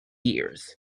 years